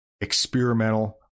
experimental